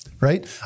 right